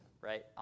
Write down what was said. right